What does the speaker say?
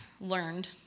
learned